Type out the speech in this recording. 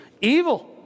Evil